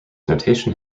notation